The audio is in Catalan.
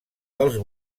dels